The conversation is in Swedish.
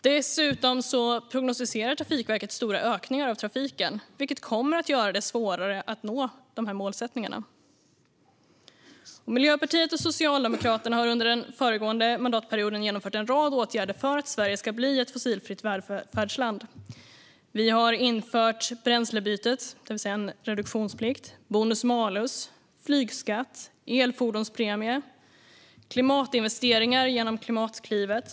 Dessutom prognosticerar Trafikverket stora ökningar av trafiken, vilket kommer att göra det svårare att nå målsättningarna. Miljöpartiet och Socialdemokraterna har under den föregående mandatperioden vidtagit en rad åtgärder för att Sverige ska bli ett fossilfritt välfärdsland. Vi har infört bränslebytet, det vill säga en reduktionsplikt, bonus-malus, flygskatt, elfordonspremie och klimatinvesteringar genom Klimatklivet.